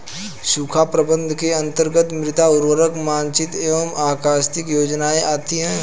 सूखा प्रबंधन के अंतर्गत मृदा उर्वरता मानचित्र एवं आकस्मिक योजनाएं आती है